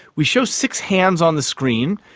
we show six hands on the screen,